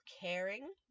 caring